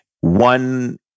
one